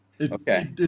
Okay